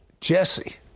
Jesse